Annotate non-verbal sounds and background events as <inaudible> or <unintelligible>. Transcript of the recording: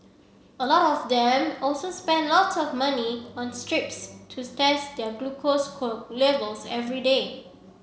a lot of them also spend lots of money on strips to test their glucose <unintelligible> levels every day